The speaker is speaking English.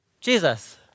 Jesus